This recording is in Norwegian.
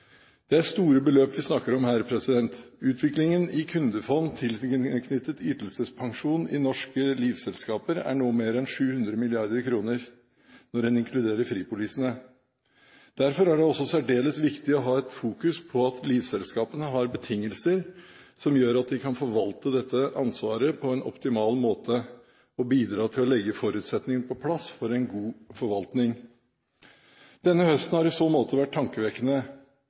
Det er store beløp vi snakker om her. Utviklingen i kundefond tilknyttet ytelsespensjon i norske livselskaper er nå mer enn 700 mrd. kr når en inkluderer fripolisene. Derfor er det også særdeles viktig å fokusere på at livselskapene har betingelser som gjør at de kan forvalte dette ansvaret på en optimal måte og bidra til å legge forutsetningene på plass for en god forvaltning. Denne høsten har i så måte vært tankevekkende.